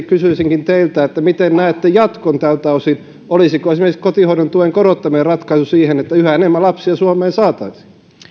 kysyisinkin teiltä miten näette jatkon tältä osin olisiko esimerkiksi kotihoidon tuen korottaminen ratkaisu siihen että yhä enemmän lapsia suomeen saataisiin